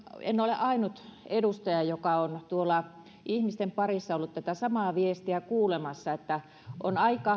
en ole ainut edustaja joka on tuolla ihmisten parissa ollut tätä samaa viestiä kuulemassa että on aika